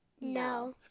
No